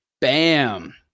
Bam